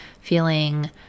feeling